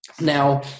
Now